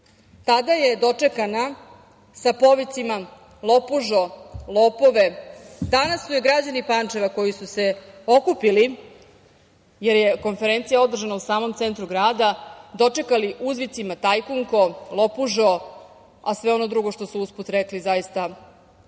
Tada je dočekana sa povicima – lopužo, lopovo. Danas su je građani Pančeva koji su se okupili, jer je konferencija održana u samom centru grada dočekali uzvicima – tajkunko, lopužo, a sve ono drugo što su usput rekli, zaista nije